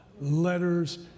letters